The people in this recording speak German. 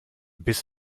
biss